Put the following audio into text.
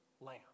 lamb